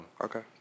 Okay